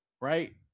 right